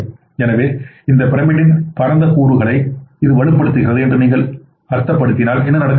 ஆகவே இந்த பிரமிட்டின் பரந்த கூறுகளை இது வலுப்படுத்துகிறது என்று நீங்கள் அர்த்தப்படுத்தினால் என்ன நடக்கப்போகிறது